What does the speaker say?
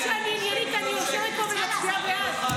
רק בגלל שאני עניינית אני יושבת פה ומצביעה בעד.